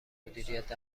مدیریت